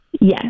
Yes